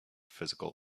physical